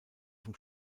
vom